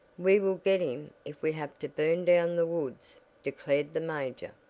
we will get him if we have to burn down the woods, declared the major,